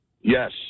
Yes